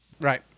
Right